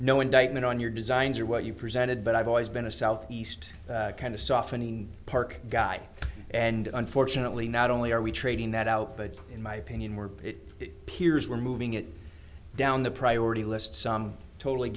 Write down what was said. you no indictment on your designs or what you presented but i've always been a south east kind of softening park guy and unfortunately not only are we trading that out but in my opinion we're it appears we're moving it down the priority list some totally